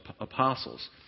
apostles